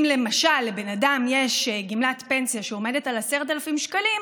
אם למשל לבן אדם יש גמלת פנסיה שעומדת על 10,000 שקלים,